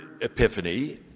epiphany